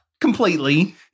Completely